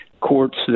courts